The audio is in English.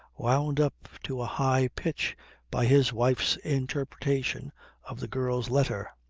wound up to a high pitch by his wife's interpretation of the girl's letter.